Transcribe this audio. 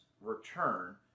return